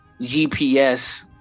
gps